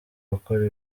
gukora